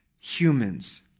humans